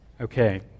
Okay